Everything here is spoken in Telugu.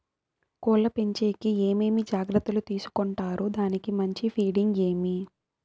కోళ్ల పెంచేకి ఏమేమి జాగ్రత్తలు తీసుకొంటారు? దానికి మంచి ఫీడింగ్ ఏమి?